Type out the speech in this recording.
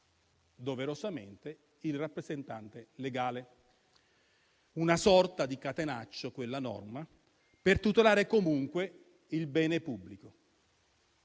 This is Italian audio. doverosamente il rappresentante legale. È una sorta di catenaccio, quella norma, per tutelare comunque il bene pubblico.